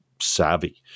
savvy